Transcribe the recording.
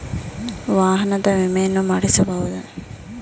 ವಾಹನದ ವಿಮೆಯನ್ನು ಮಾಡಿಸಬಹುದೇ?